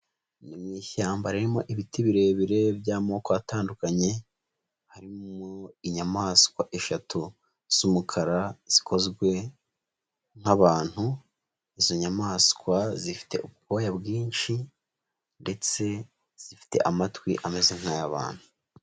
Ni mu ishyamba ririmo ibiti birebire by'amoko atandukanye, harimo inyamaswa eshatu z'umukara zikozwe nk'abantu, izo nyamaswa zifite ubwoya bwinshi ndetse zifite amatwi ameze nk'ay'abantu.